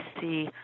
see